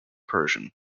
persian